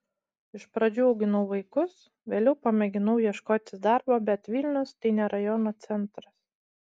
iš pradžių auginau vaikus vėliau pamėginau ieškotis darbo bet vilnius tai ne rajono centras